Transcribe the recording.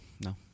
No